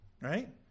right